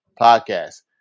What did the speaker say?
podcast